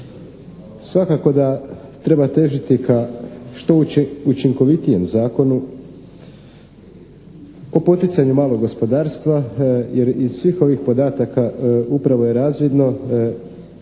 Svakako da treba težiti ka što učinkovitijem Zakonu o poticanju malog gospodarstva jer iz svih ovih podataka upravo je razvidno